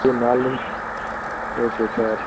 இது நாளைலேருந்து okay sir